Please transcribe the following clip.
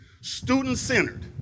Student-centered